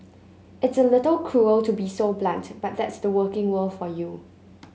it's a little cruel to be so blunt but that's the working world for you